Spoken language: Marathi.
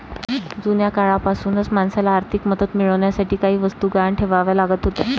जुन्या काळापासूनच माणसाला आर्थिक मदत मिळवण्यासाठी काही वस्तू गहाण ठेवाव्या लागत होत्या